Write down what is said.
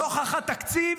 נוכח התקציב,